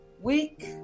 week